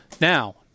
Now